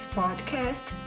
podcast